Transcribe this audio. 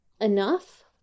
enough